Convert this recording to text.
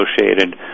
associated